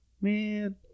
Man